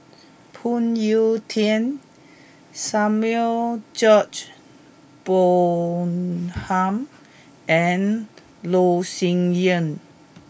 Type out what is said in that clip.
Phoon Yew Tien Samuel George Bonham and Loh Sin Yun